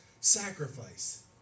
sacrifice